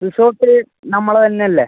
resort നമ്മൾ തന്നല്ലേ